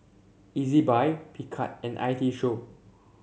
Ezbuy Picard and I T Show